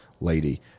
lady